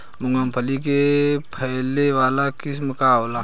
मूँगफली के फैले वाला किस्म का होला?